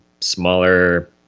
smaller